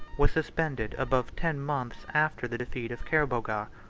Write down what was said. was suspended above ten months after the defeat of kerboga.